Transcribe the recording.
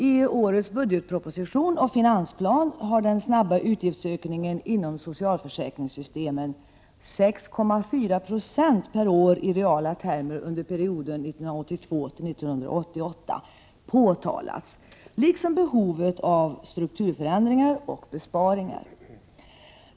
I årets budgetproposition och finansplan har den snabba utgiftsökningen inom socialförsäkringssystemen — 6,4 96 per år i reala termer under perioden 1982-1988 — påtalats liksom behovet av strukturförändringar och besparingar.